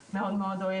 כלל מאוד אוהב